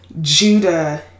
Judah